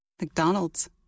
McDonald's